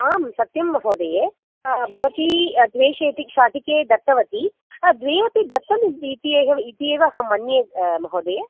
आं सत्यं महोदये भवती द्वे शेटि शाटिके दत्तवती द्वे अपि दत्तम् इत्येव इत्येव अहं मन्ये महोदये